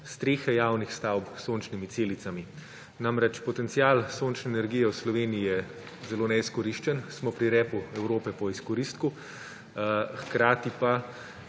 strehe javnih stavb s sončnimi celicami. Namreč, potencial sončne energije v Sloveniji je zelo neizkoriščen. Smo pri repu Evrope po izkoristku, hkrati pa